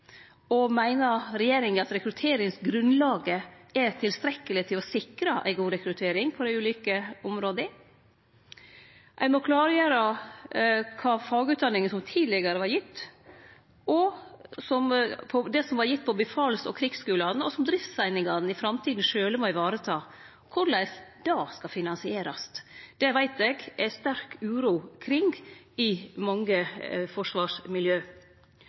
Og meiner regjeringa at rekrutteringsgrunnlaget er tilstrekkeleg til å sikre ei god rekruttering på dei ulike områda? Ein må klargjere kva fagutdanningar som tidlegare var gitt, det som vart gitt på befals- og krigsskulane, og som driftseiningane i framtida sjølve må vareta. Korleis det skal finansierast, veit eg det er sterk uro kring i mange forsvarsmiljø.